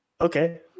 Okay